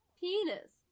penis